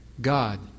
God